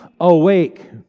awake